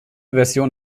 version